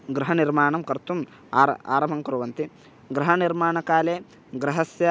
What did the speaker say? गृहनिर्माणं कर्तुम् आर आरम्भं कुर्वन्ति गृहनिर्माणकाले गृहस्य